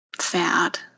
sad